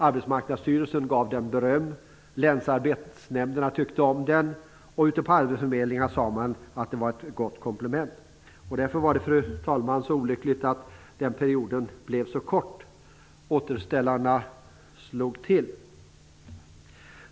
Arbetsmarknadsstyrelsen gav den beröm, Länsarbetsnämnderna tyckte om den och ute på arbetsförmedlingarna sade man att den var ett gott komplement. Därför var det, fru talman, så olyckligt att den perioden blev så kort. Återställarna slog till.